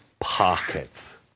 pockets